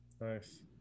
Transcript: nice